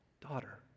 daughter